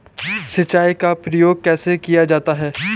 सिंचाई का प्रयोग कैसे किया जाता है?